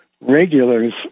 regulars